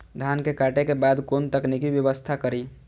धान के काटे के बाद कोन तकनीकी व्यवस्था करी?